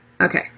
Okay